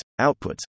outputs